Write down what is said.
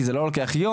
כי זה לא לוקח יום,